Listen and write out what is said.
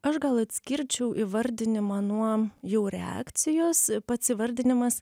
aš gal atskirčiau įvardinimą nuo jau reakcijos pats įvardinimas